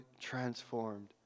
transformed